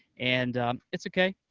and it's okay.